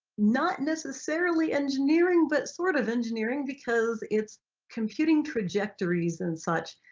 not necessarily engineering but sort of engineering because it's computing trajectories and such,